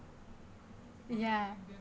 ya